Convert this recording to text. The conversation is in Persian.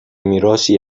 میراثی